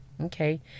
Okay